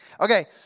Okay